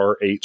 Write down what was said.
RH